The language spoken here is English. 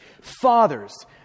Fathers